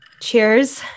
Cheers